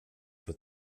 with